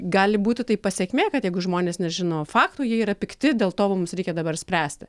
gali būti tai pasekmė kad jeigu žmonės nežino faktų jie yra pikti dėl to mums reikia dabar spręsti